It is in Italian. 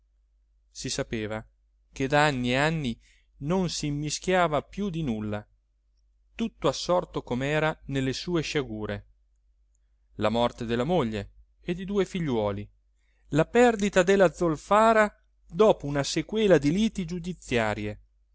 si sapeva che da anni e anni non simmischiava più di nulla tutto assorto comera nelle sue sciagure la morte della moglie e di due figliuoli la perdita della zolfara dopo una sequela di liti giudiziarie